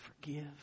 forgive